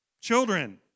Children